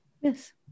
Yes